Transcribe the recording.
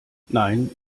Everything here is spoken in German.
nein